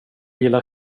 gillar